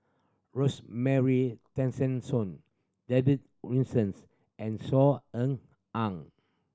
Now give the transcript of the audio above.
Rosemary Tessensohn David Wilsons and Saw Ean Ang